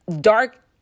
dark